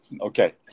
Okay